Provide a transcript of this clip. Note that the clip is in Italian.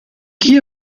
chi